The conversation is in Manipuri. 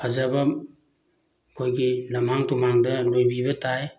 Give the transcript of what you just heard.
ꯐꯖꯕ ꯑꯩꯈꯣꯏꯒꯤ ꯂꯝꯍꯥꯡ ꯇꯨꯃꯥꯡꯗ ꯂꯣꯏꯕꯤꯕ ꯇꯥꯏ